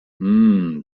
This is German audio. hmm